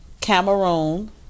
Cameroon